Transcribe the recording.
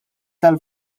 tal